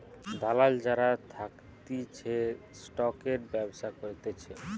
দালাল যারা থাকতিছে স্টকের ব্যবসা করতিছে